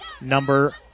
number